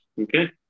okay